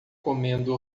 comendo